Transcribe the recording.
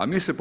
A mi se